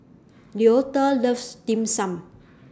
Leota loves Dim Sum